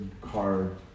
card